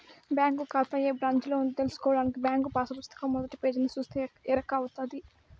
bank కాతా ఏ బ్రాంచిలో ఉందో తెల్సుకోడానికి బ్యాంకు పాసు పుస్తకం మొదటి పేజీని సూస్తే ఎరకవుతది